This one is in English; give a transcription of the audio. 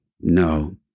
no